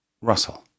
Russell